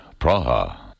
Praha